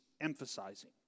emphasizing